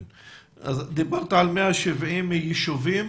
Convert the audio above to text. דיברת על 170 יישובים,